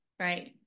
right